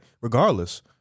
Regardless